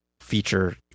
feature